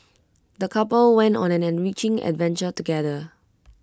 the couple went on an enriching adventure together